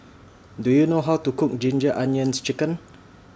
Do YOU know How to Cook Ginger Onions Chicken